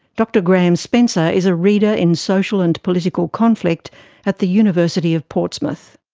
dr graham spencer is a reader in social and political conflict at the university of portsmouth.